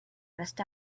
rust